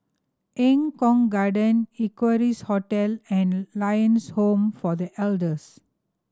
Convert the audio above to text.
Eng Kong Garden Equarius Hotel and Lions Home for The Elders